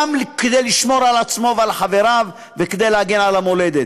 גם כדי לשמור על עצמו ועל חבריו וגם כדי להגן על המולדת.